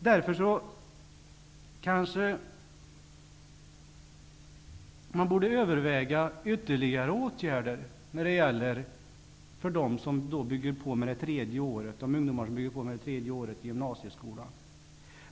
Därför kanske man borde överväga ytterligare åtgärder för dem som bygger på med det tredje året i gymnasieskolan.